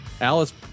Alice